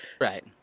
right